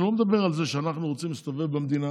אני לא מדבר על זה שאנחנו רוצים להסתובב במדינה